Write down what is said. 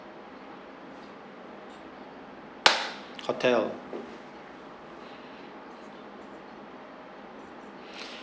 hotel